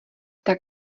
tak